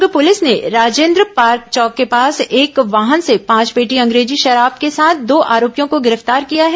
दुर्ग police ने Rajendra park चौक के पास एक वाहन से पांच पेटी अंग्रेजी शराब के साथ दो आरोपियों को गिरफ्तार किया है